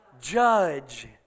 judge